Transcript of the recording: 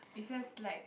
is just like